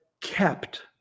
kept